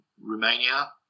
Romania